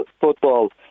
football